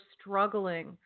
struggling